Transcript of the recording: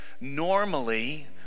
Normally